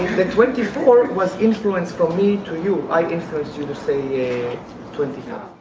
the twenty four was influenced from me to you. i influenced you to say twenty ah